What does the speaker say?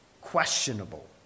questionable